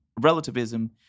relativism